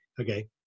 okay